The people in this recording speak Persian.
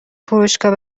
فروشگاه